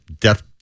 death